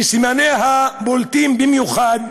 שסימניה בולטים במיוחד,